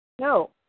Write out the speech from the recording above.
No